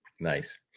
Nice